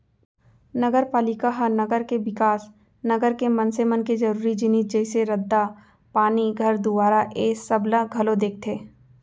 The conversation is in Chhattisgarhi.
नगरपालिका ह नगर के बिकास, नगर के मनसे मन के जरुरी जिनिस जइसे रद्दा, पानी, घर दुवारा ऐ सब ला घलौ देखथे